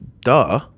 duh